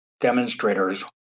demonstrators